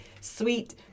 sweet